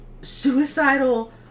suicidal